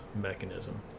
mechanism